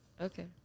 okay